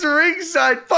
ringside